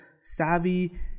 savvy